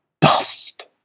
Dust